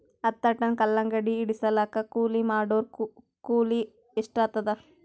ಹತ್ತ ಟನ್ ಕಲ್ಲಂಗಡಿ ಇಳಿಸಲಾಕ ಕೂಲಿ ಮಾಡೊರ ಕೂಲಿ ಎಷ್ಟಾತಾದ?